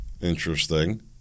Interesting